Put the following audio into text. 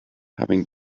having